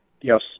Yes